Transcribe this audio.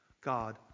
God